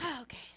okay